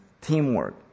teamwork